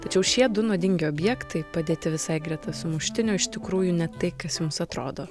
tačiau šie du nuodingi objektai padėti visai greta sumuštinio iš tikrųjų ne tai kas jums atrodo